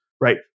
right